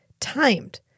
Timed